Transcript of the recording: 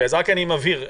נבהיר,